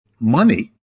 money